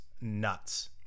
nuts